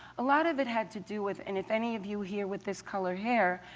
a lot of it had to do with and if any of you here with this color hair,